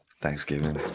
Thanksgiving